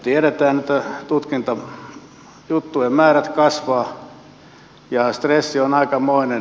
me tiedämme että tutkintajuttujen määrät kasvavat ja stressi on aikamoinen